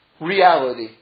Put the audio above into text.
reality